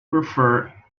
prefer